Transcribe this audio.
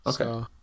okay